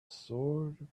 sword